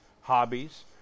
hobbies